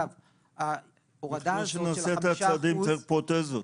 לפני שנעשה את הצעדים, צריך פרוטזות.